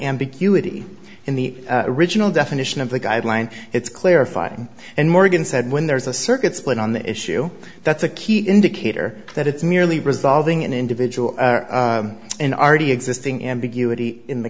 ambiguity in the original definition of the guideline it's clarifying and morgan said when there's a circuit split on the issue that's a key indicator that it's merely resolving an individual in r t existing ambiguity in the